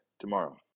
tomorrow